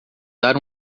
dar